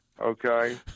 Okay